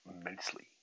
immensely